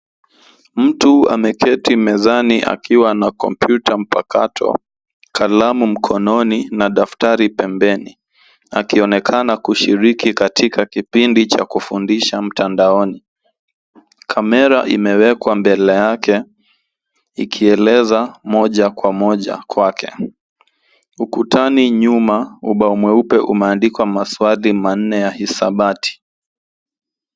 Mtu ameketi mezani akiwa na kompyuta mpakato kalamu mkononi na daftari pembeni akionekana kushiriki katika kipindi cha kufundisha mtandaoni. Kamera imewekwa mbele yake ikieleza moja kwa moja kwake. Ukutani nyuma ubao mweupe umeandikwa maswali manne ya hisabati.